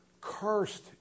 Cursed